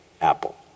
apple